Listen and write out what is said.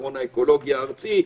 המסדרון האקולוגי הארצי.